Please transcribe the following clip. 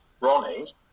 Ronnie